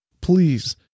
please